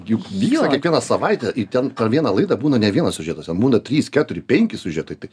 juk dyla kiekvieną savaitę į ten vieną laidą būna ne vienas siužetas ten būna trys keturi penki siužetai tai